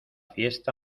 fiesta